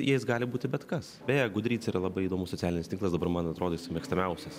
jais gali būti bet kas beja goodreads yra labai įdomus socialinis tinklas dabar man atrodo jisai mėgstamiausias